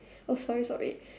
oh sorry sorry